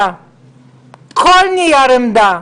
כל נייר עמדה,